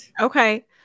Okay